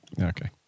Okay